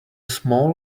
small